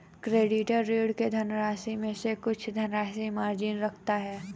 creditor, ऋणी के धनराशि में से कुछ धनराशि मार्जिन रखता है